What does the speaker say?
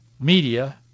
media